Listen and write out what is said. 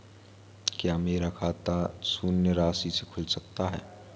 क्या मेरा खाता शून्य राशि से खुल सकता है?